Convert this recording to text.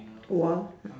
wall